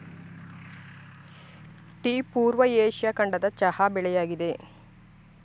tea ಪೂರ್ವ Asia ಖಂಡದ ಚಹಾ ಬೆಳೆಯಾಗಿದೆ